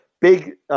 big